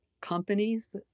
companies